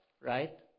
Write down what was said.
right